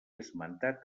esmentat